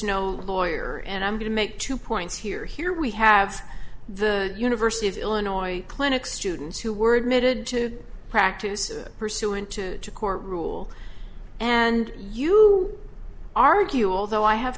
no lawyer and i'm going to make two points here here we have the university of illinois clinic students who were admitted to practice pursuant to a court rule and you argue although i have